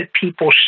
people